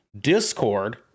Discord